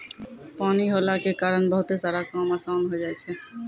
पानी होला के कारण बहुते सारा काम आसान होय जाय छै